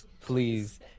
Please